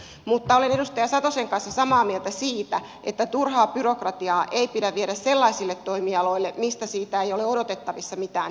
mutta olen edustaja satosen kanssa samaa mieltä siitä että turhaa byrokratiaa ei pidä viedä sellaisille toimialoille joilla siitä ei ole odotettavissa mitään hyötyä